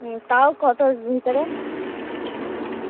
হুম তাও কতো ভিতরে